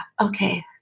Okay